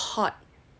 I know is a hot